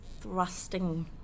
thrusting